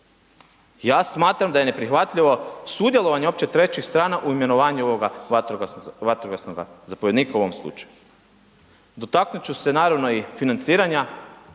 Ja smatram da je neprihvatljivo sudjelovanje uopće trećih strana u imenovanju ovoga vatrogasnoga zapovjednika u ovom slučaju. Dotaknut ću se naravno i financiranja,